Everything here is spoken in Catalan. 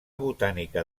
botànica